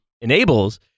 enables